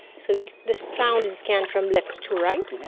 so the sound is scanned from left to right.